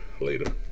later